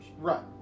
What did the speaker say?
Right